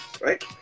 right